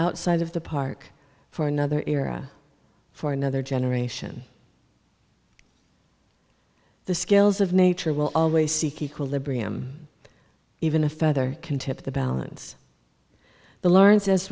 outside of the park for another era for another generation the scales of nature will always seek equilibrium even a further contempt the balance the learn